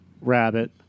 rabbit